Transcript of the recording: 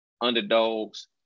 underdogs